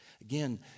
Again